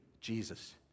Jesus